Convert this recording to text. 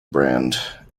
brand